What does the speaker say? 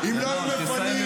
--- מטולה.